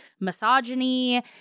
misogyny